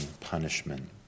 punishment